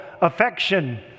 affection